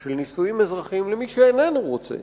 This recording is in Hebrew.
של נישואים אזרחיים למי שאיננו רוצה